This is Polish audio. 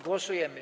Głosujemy.